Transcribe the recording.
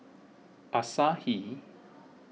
Asahi